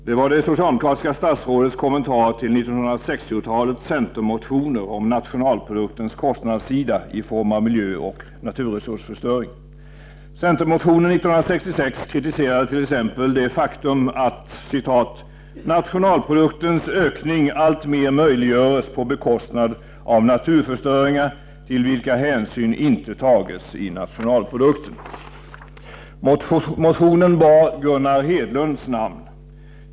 Det var det socialdemokratiska statsrådets kommentar till 1960-talets centermotioner om nationalproduktens kostnadssida i form av miljöoch naturresursförstöring. Centermotionen 1966 kritiserade t.ex. det faktum att ”-—- nationalproduktens ökning alltmer möjliggöres på bekostnad av naturförstöringar, till vilka hänsyn inte tages i nationalprodukten.” Motionen bar Gunnar Hedlunds namn.